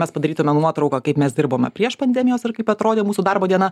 mes padarytumėm nuotrauką kaip mes dirbome prieš pandemijos ar kaip atrodė mūsų darbo diena